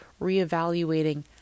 reevaluating